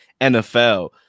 nfl